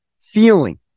feeling